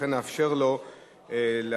לכן נאפשר לו להגיב